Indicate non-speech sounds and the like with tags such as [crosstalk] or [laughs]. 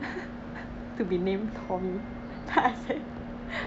[laughs] ah then